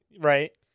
right